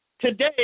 today